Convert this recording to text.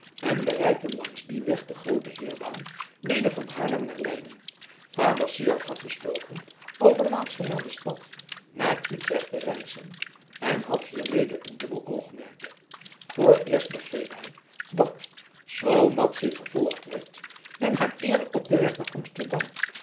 en bereikten langs dien weg de groote heirbaan weder van haarlem naar leiden vader syard had besloten over laatstgemelde stad naar utrecht te reizen en had hiermede een dubbel oogmerk vooreerst begreep hij dat zoo madzy vervolgd werd men haar eerder op den weg naar amsterdam